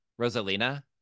Rosalina